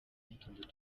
n’utundi